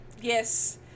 yes